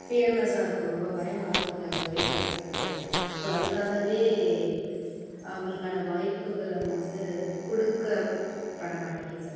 fearness இருக்கும் ரொம்ப பயமாக இருக்கும் அது அவங்க வெளிப்படுத்துறதுக்கு ஸோ அதுக்காகவே அவங்களுக்கான வாய்ப்புகள் அங்கே வந்து கொடுக்கப்பட மாட்டேங்கிது